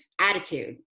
attitude